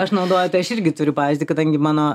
aš naudoju tai aš irgi turiu pavyzdį kadangi mano